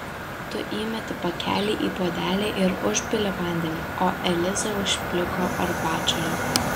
tu įmeti pakelį į puodelį ir užpili vandeniu o eliza užpliko arbatžolių